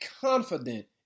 confident